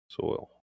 Soil